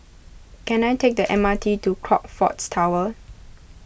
can I take the M R T to Crockfords Tower